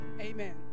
Amen